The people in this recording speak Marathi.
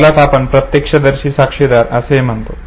यालाच आपण प्रत्यक्षदर्शी साक्षीदार असेही म्हणतो